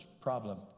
problem